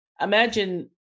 Imagine